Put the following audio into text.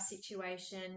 situation